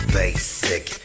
basic